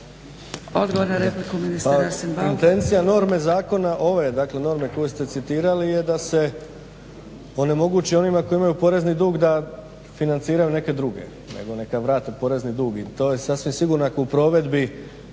Intencija norme zakona, ove dakle norme koju ste citirali je da se onemogući onima koji imaju porezni dug da financiraju neke druge, nego neka vrate porezni dug i to je sasvim sigurno ako u provedbi